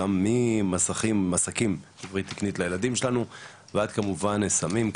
ממסכים לילדים שלנו ועד כמובן סמים,